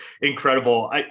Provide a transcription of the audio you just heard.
incredible